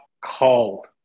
cold